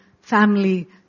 family